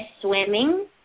swimming